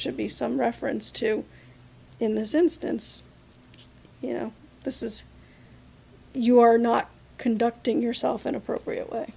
should be some reference to in this instance you know this is you are not conducting yourself an appropriate way